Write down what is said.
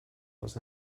aus